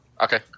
Okay